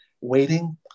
waiting